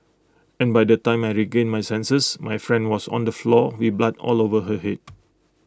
and by the time I regained my senses my friend was on the floor with blood all over her Head